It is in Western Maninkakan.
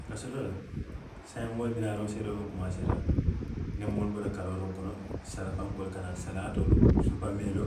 A ka soto le, saayiŋ moolu bi naa rooseeroo miŋ komaasee la, niŋ moolu bota karootoo kono, salapankoo le ka naa, salaatoolu, suppameelu,